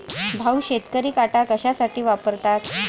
भाऊ, शेतकरी काटा कशासाठी वापरतात?